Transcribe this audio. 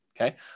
okay